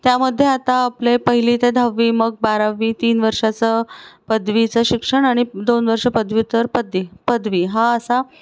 त्यामध्ये आता आपले पहिली ते दहावी मग बारावी तीन वर्षांचं पदवीचं शिक्षण आणि दोन वर्षं पदव्युत्तर पद्दी पदवी हा असा